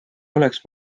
oleks